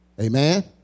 Amen